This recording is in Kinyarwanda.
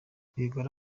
rwigara